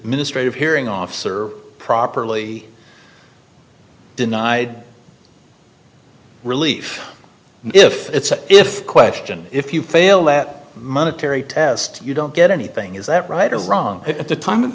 ministrative hearing officer properly denied relief if it's an if question if you fail that monetary test you don't get anything is that right or wrong at the time